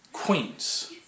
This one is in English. Queens